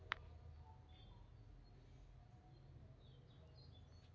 crypto currency ಒಂದ್ ಟ್ರಾನ್ಸ್ನ ಸುರಕ್ಷಿತ ಲೆಡ್ಜರ್ ಆಗಿನೂ ಕಾರ್ಯನಿರ್ವಹಿಸ್ತದ